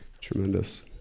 tremendous